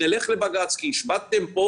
נלך לבג"צ כי השבתתם פה